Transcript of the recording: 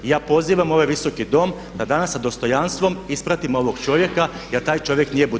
I ja pozivam ovaj Visoki dom da danas sa dostojanstvom ispratimo ovog čovjeka jer taj čovjek nije budala.